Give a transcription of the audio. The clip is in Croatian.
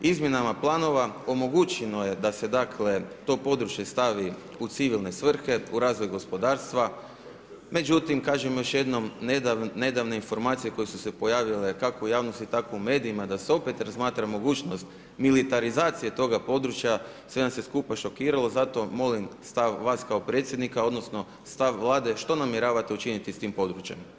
Izmjenama planova, omogućeno je da se dakle, to područje stavi u civilne svrhe, u razvoj gospodarstva, međutim, kažem još jednom, nedavne informacije koje su se pojavile kako u javnosti, tako i u medijima, da se opet razmatra mogućnost militarizacije toga područja, sve nas je skupa šokiralo, zato molim stav vas kao predsjednika, odnosno, stav Vlade što namjeravate učiniti s tim područjem?